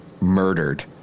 murdered